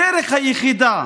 הדרך היחידה